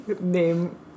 name